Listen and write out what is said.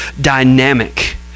dynamic